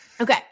Okay